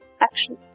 actions